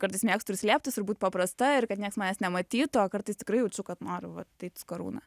kartais mėgstu ir slėptis ir būt paprasta ir kad niekas manęs nematytų o kartais tikrai jaučiu kad noriu vat eit su karūna